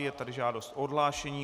Je tady žádost o odhlášení.